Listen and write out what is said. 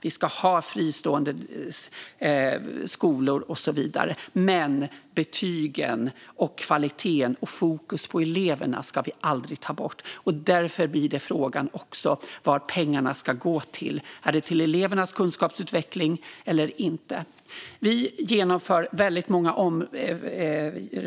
Vi ska ha fristående skolor och så vidare. Men betygen, kvaliteten och fokus på eleverna ska vi aldrig ta bort. Därför blir frågan vad pengarna ska gå till - är det till elevernas kunskapsutveckling eller inte? Vi genomför väldigt många